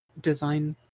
design